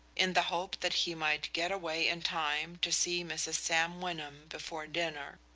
in the hope that he might get away in time to see mrs. sam wyndham before dinner.